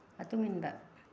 ꯃꯇꯨꯡ ꯏꯟꯕ